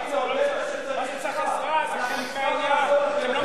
אם צריך עזרה, מה עשיתם שאתם צריכים עזרה?